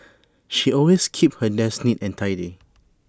she always keeps her desk neat and tidy